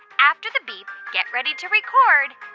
after the beep, get ready to record